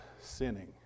sinning